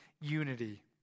unity